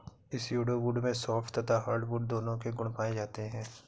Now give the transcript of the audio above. pseudo wood में soft तथा hardwood दोनों के गुण पाए जाते हैं